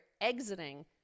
exiting